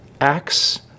acts